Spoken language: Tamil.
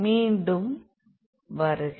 மீண்டும் வருக